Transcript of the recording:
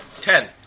Ten